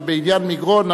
אבל בעניין מגרון,